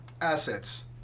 assets